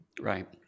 Right